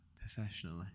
professionally